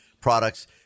products